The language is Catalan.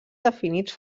definits